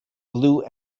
blue